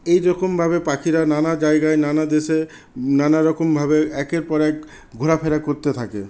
এইরকমভাবে পাখিরা নানা জায়গায় নানা দেশে নানারকমভাবে একের পর এক ঘোরা ফেরা করতে থাকে